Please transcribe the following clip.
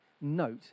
note